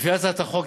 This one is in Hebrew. לפי הצעת החוק,